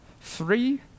Three